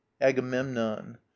agamemnon